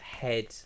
head